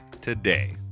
today